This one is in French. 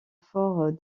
fort